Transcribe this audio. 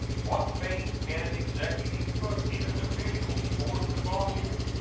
what faith can an executive put in officials forced upon him,